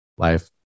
life